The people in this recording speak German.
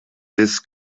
des